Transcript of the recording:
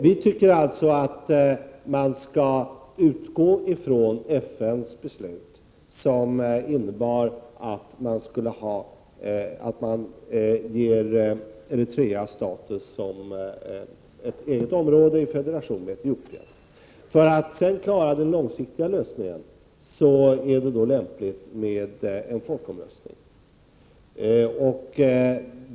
Vi tycker alltså att man skall utgå ifrån FN:s beslut, som innebär att Eritrea ges status som ett eget område i federation med Etiopien. För att sedan klara den långsiktiga lösningen är det lämpligt med en folkomröstning.